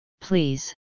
please